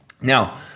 Now